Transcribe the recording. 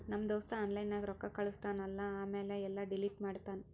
ನಮ್ ದೋಸ್ತ ಆನ್ಲೈನ್ ನಾಗ್ ರೊಕ್ಕಾ ಕಳುಸ್ತಾನ್ ಅಲ್ಲಾ ಆಮ್ಯಾಲ ಎಲ್ಲಾ ಡಿಲೀಟ್ ಮಾಡ್ತಾನ್